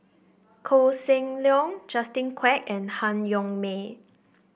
Koh Seng Leong Justin Quek and Han Yong May